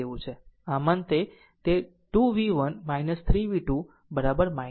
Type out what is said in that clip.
આમ અંતે તે2 v1 3 v2 26 થશે